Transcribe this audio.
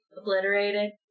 Obliterated